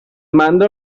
mando